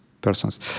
persons